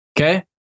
Okay